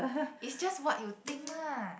is just what you think lah